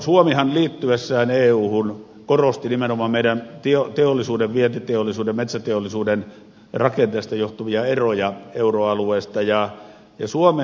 suomihan liittyessään euhun korosti nimenomaan meidän teollisuutemme vientiteollisuuden metsäteollisuuden rakenteesta johtuvia eroja euroalueeseen nähden